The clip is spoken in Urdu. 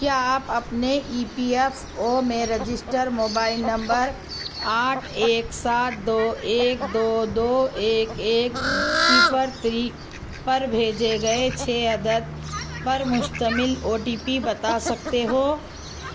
کیا آپ اپنے ای پی ایف او میں رجسٹر موبائل نمبر آٹھ ایک سات دو ایک دو دو ایک ایک صفر تھری پر بھیجے گئے چھ عدد پر مشتمل او ٹی پی بتا سکتے ہو